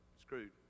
screwed